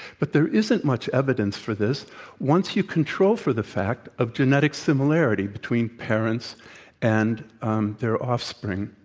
but there isn't much evidence for this once you control for the fact of genetic similarity between parents and um their offspring.